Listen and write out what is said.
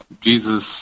Jesus